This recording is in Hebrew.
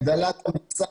הגדלת מספר